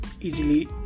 easily